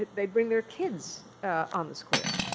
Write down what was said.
they'd bring their kids on the square.